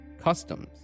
customs